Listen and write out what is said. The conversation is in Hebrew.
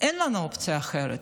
אין לנו אופציה אחרת.